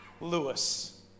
lewis